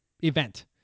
event